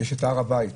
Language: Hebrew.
יש את הר הבית,